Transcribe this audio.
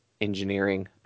engineering